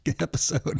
episode